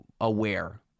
aware